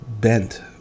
bent